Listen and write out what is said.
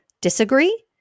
Disagree